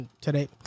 Today